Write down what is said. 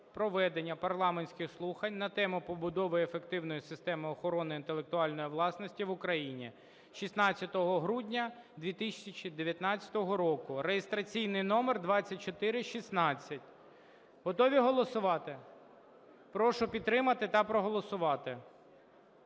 проведення парламентських слухань на тему: "Побудова ефективної системи охорони інтелектуальної власності в Україні" 16 грудня 2019 року (реєстраційний номер 2416). Готові голосувати? Прошу підтримати та проголосувати.